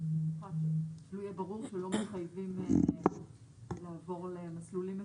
--- שיהיה ברור שלא מחייבים לעבור למסלולים מקוונים.